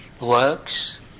works